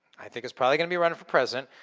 i think is probably gonna be running for president.